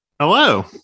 hello